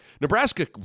Nebraska